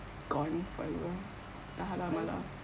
confirm ah tak halal mala